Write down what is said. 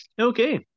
Okay